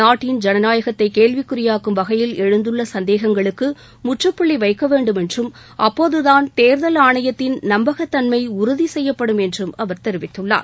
நாட்டின் ஜனநாயகத்தை கேள்விக்குறியாக்கும் வகையில் எழுந்துள்ள சந்தேகங்களுக்கு முற்றுப்புள்ளி வைக்க வேண்டும் என்றும் அப்போதுதாள் தேர்தல் ஆணையத்திள் நம்பகத்தன்மை உறுதி செய்யப்படும் என்றும் அவர் தெரிவித்துள்ளார்